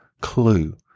clue